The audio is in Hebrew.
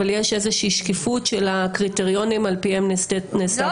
אבל יש איזושהי שקיפות של הקריטריונים על פיהם נעשית הצעה?